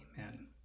amen